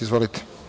Izvolite.